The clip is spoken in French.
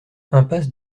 impasse